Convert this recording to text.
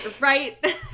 right